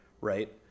right